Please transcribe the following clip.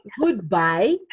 Goodbye